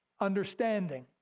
understanding